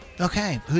Okay